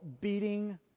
beating